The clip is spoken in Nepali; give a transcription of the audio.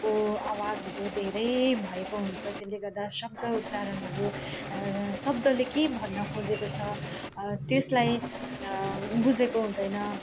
को आवाजहरू धेरै भएको हुन्छ त्यसले गर्दा शब्द उच्चारणहरू शब्दले के भन्न खोजेको छ त्यसलाई बुझेको हुँदैन